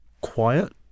quiet